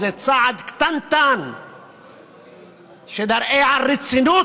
זה צעד קטנטן שיראה על רצינות,